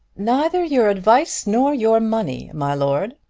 neither your advice nor your money, my lord.